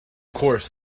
course